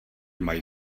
mají